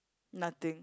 nothing